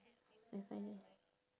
the final